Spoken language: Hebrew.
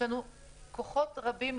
יש לנו כוחות רבים,